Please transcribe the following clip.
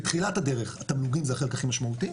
בתחילת הדרך התמלוגים זה החלק הכי משמעותי,